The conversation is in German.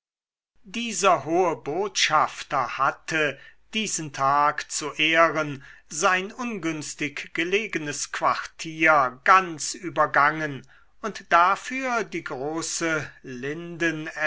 dieser hohe botschafter hatte diesen tag zu ehren sein ungünstig gelegenes quartier ganz übergangen und dafür die große